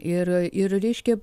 ir ir reiškia